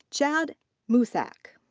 chad mossak.